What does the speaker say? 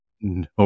No